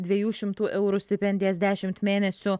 dviejų šimtų eurų stipendijas dešimt mėnesių